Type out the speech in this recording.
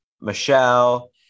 Michelle